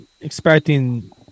expecting